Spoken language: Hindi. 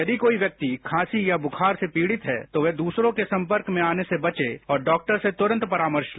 यदि कोई व्यक्ति खासी या वुखार से पीड़ित है तो वह द्रसरो के संपर्क में आने से बचे और डॉक्टर से तुरंत परामर्श ले